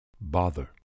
Bother